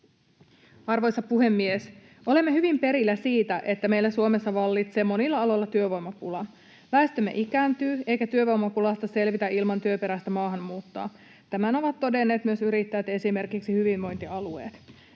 Arvoisa puhemies! Olemme hyvin perillä siitä, että meillä Suomessa vallitsee monilla aloilla työvoimapula. Väestömme ikääntyy, eikä työvoimapulasta selvitä ilman työperäistä maahanmuuttoa. Tämän ovat todenneet myös yrittäjät ja esimerkiksi hyvinvointialueet.